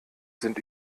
sind